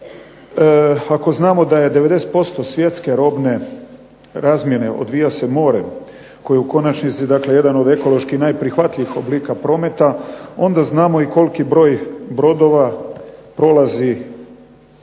Ako znamo da 90% svjetske robne razmjene odvija se morem, koja je u konačnici jedno od ekološki najprihvatljivih oblika prometa onda znamo koliki broj brodova prolazi